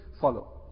follow